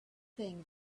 thing